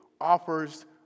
offers